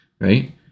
right